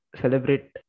celebrate